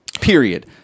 Period